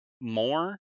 more